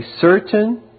certain